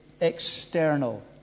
external